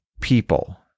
people